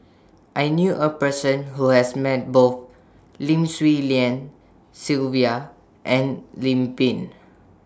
I knew A Person Who has Met Both Lim Swee Lian Sylvia and Lim Pin